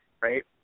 right